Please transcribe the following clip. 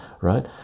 right